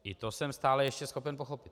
I to jsem stále ještě schopen pochopit.